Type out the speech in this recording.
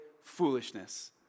foolishness